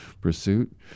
pursuit